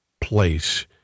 place